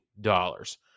dollars